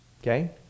Okay